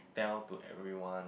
tell to everyone